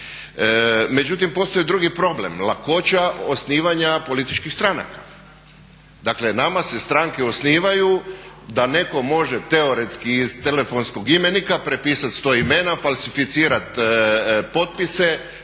Međutim, postoji drugi problem. Lakoća osnivanja političkih stranaka. Dakle, nama se stranke osnivaju da netko može teoretski iz telefonskog imenika prepisati 100 imena, falsificirati potpise,